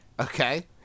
Okay